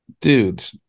Dude